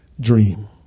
dream